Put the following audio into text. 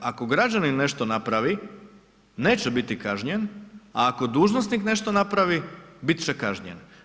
Ako građanin nešto napravi, neće biti kažnjen, a ako dužnosnik nešto napravi, bit će kažnjen.